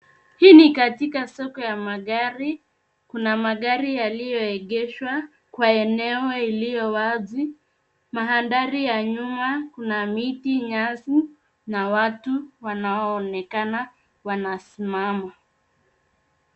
Hii ni katika soko ya magari. Kuna magari yaliyoegeshwa kwa eneo iliyo wazi. Mandhari ya nyuma kuna miti, nyasi na watu wanaoonekana wanasimama.